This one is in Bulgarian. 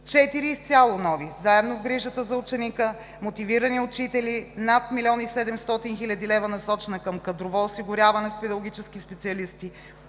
Четири изцяло нови: „Заедно в грижата за ученика“, „Мотивирани учители“ – над 1 млн. 700 хил. лв., насочени към кадрово осигуряване с педагогически специалисти,